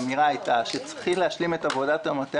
לכן העמדה שלי היא שצריך להשלים את עבודת המטה